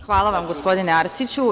Hvala vam, gospodine Arsiću.